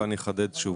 אבל אני אחדד שוב.